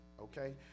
okay